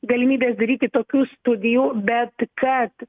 galimybės daryti tokių studijų bet kad